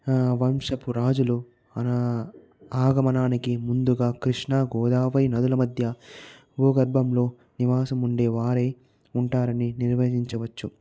వంశపు రాజులు అనా ఆగమనానికి ముందుగా కృష్ణ గోదావరి నదుల మధ్య భూగర్భంలో నివాసం ఉండే వారై ఉంటారని నిర్వహించవచ్చు